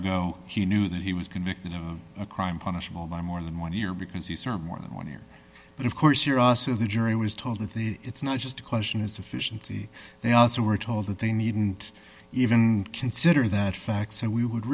go he knew that he was convicted of a crime punishable by more than one year because he served more than one year but of course you're also the jury was told that the it's not just a question is sufficient they also were told that they needn't even consider that facts and we would